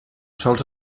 sols